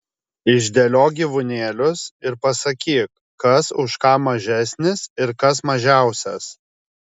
išdėliok gyvūnėlius ir pasakyk kas už ką mažesnis ir kas mažiausias